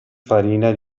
farina